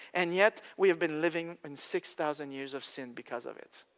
and yet we have been living in six thousand years of sin because of it.